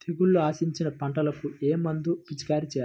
తెగుళ్లు ఆశించిన పంటలకు ఏ మందు పిచికారీ చేయాలి?